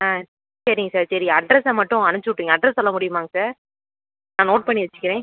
ஆ சரிங்க சார் சரி அட்ரெஸ்ஸை மட்டும் அனுப்பிச்சுவுட்டுருங்க அட்ரெஸ் சொல்ல முடியுமாங்க சார் நான் நோட் பண்ணி வச்சுக்கிறேன்